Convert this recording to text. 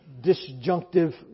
disjunctive